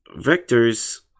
vectors